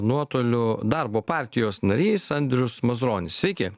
nuotoliu darbo partijos narys andrius mazuronis sveiki